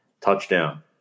touchdown